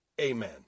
Amen